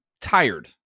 tired